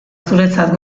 zuretzat